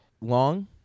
long